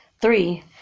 three